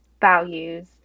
values